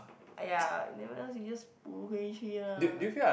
!aiya! then what else you just 不回去 lah